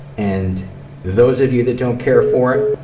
and those of you that don't care for it,